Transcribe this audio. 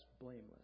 blameless